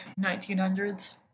1900s